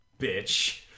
Bitch